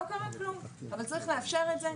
לא קרה כלום אבל צריך לאפשר את זה,